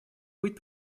быть